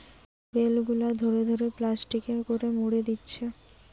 bell গুলা ধরে ধরে প্লাস্টিকে করে মুড়ে দিচ্ছে